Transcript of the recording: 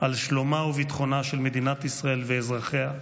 על שלומה וביטחונה של מדינת ישראל ואזרחיה,